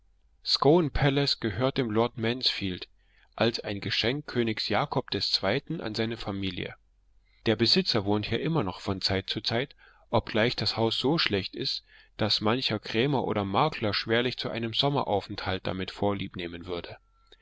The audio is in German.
scone palace gehört dem lord mansfield als ein geschenk könig jacobs des zweiten an seine familie der besitzer wohnt hier immer noch von zeit zu zeit obgleich das haus so schlecht ist daß mancher krämer oder makler schwerlich zu einem sommeraufenthalt damit vorlieb nehmen würde